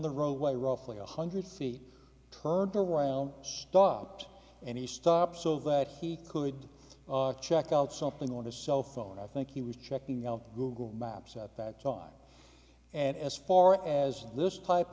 the roadway roughly one hundred feet turned around stopped and he stopped so that he could check out something on his cell phone i think he was checking out google maps at that time and as far as this type